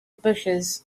bushes